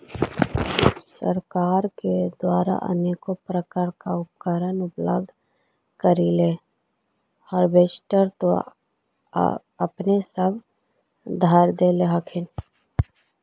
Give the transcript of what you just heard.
सरकार के द्वारा अनेको प्रकार उपकरण उपलब्ध करिले हारबेसटर तो अपने सब धरदे हखिन?